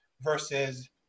versus